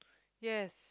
yes